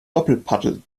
doppelpaddel